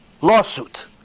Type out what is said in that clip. Lawsuit